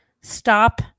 stop